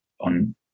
on